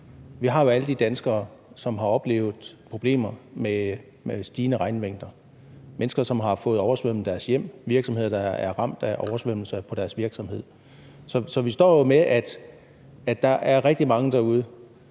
Vi har jo alle de danskere, som har oplevet problemer med stigende regnmængder – mennesker, som har fået oversvømmet deres hjem, og virksomheder, der er ramt af oversvømmelser på virksomheden. Så vi står jo med en situation, hvor der er rigtig mange derude,